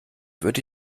würde